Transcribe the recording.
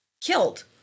killed